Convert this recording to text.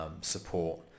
support